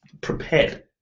prepared